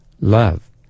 love